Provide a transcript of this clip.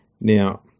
Now